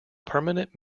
permanent